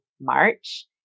March